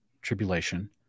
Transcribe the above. tribulation